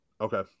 Okay